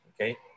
okay